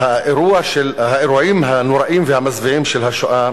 האירועים הנוראים והמזוויעים של השואה